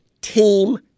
team